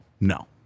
No